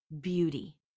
beauty